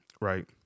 right